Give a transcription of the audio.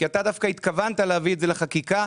אתה דווקא התכוונת להביא את זה לחקיקה.